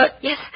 Yes